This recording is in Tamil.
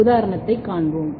உதாரணத்தைக் காண்போம்